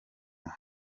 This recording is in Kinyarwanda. muri